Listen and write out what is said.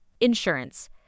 Insurance